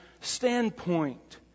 standpoint